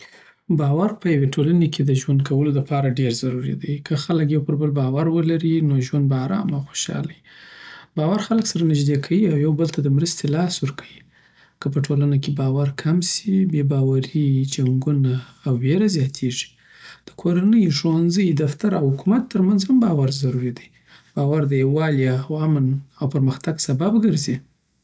باور په یوی ټولنی کی دژوند کولو دپاره ډیر ضروری دی که خلک یو پر بل باور ولري نو ژوند به ارام او خوشحاله وی باور خلک سره نږدې کوي او یو دبل ته د مرستې لاس ورکوی که په ټولنه کې باور کم شي، بې باوري، جنګونه او وېره زیاتیږي. د کورنۍ، ښوونځي، دفتر او حکومت تر منځ هم باور ضروري دی. باور د یووالي، امن او پرمختګ سبب ګرځي.